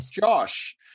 Josh